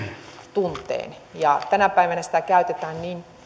tunteen mutta tänä päivänä sitä käytetään niin